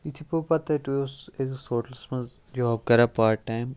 یُتھُے بہٕ پَتہٕ تَتہِ اوسُس أکِس ہوٹلَس منٛز جوٛاب کَران پارٹ ٹایم